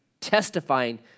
testifying